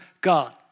God